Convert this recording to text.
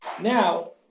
Now